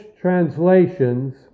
translations